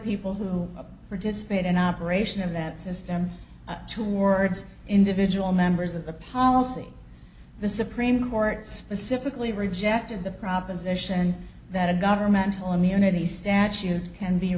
people who participate in operation of that system towards individual members of the policy the supreme court specifically rejected the proposition that a governmental immunity statute can be